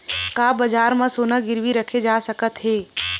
का बजार म सोना गिरवी रखे जा सकत हवय?